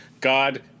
God